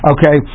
Okay